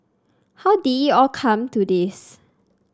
how did all come to this